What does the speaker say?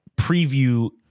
preview